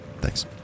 Thanks